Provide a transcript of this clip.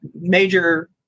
major